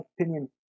opinion